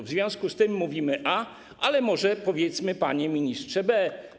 W związku z tym mówimy A, ale może powiedzmy, panie ministrze, B.